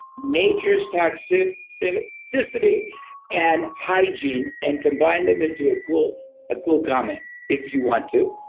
natures toxicity so toxicity and hygiene and combine them into a cool cool comment if you want to.